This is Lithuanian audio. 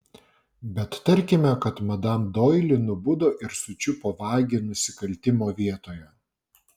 bet tarkime kad madam doili nubudo ir sučiupo vagį nusikaltimo vietoje